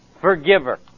forgiver